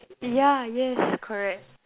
ya yes correct